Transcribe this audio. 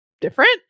different